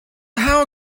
how